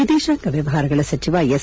ವಿದೇಶಾಂಗ ವ್ವವಹಾರಗಳ ಸಚಿವ ಎಸ್